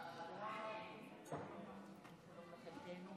ההצעה להעביר